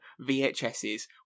vhs's